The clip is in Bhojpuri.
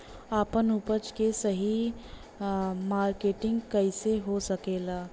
आपन उपज क सही मार्केटिंग कइसे हो सकेला?